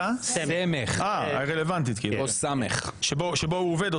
13:00.) צוהריים טובים, אנחנו מחדשים את הישיבה.